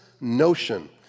notion